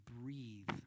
breathe